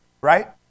right